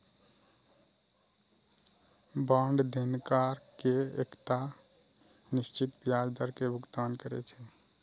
bond देनदार कें एकटा निश्चित ब्याज दर के भुगतान करै छै